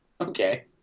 Okay